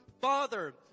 father